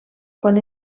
quan